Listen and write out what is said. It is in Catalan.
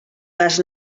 gas